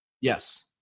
Yes